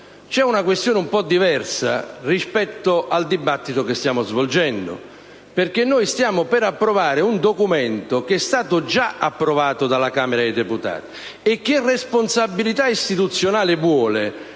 c'è una questione un po' diversa rispetto al dibattito che stiamo svolgendo. Noi, infatti, stiamo per approvare un documento che è stato già approvato dalla Camera dei deputati e che responsabilità istituzionale vuole